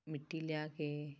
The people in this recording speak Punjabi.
ਮਿੱਟੀ ਲਿਆ ਕੇ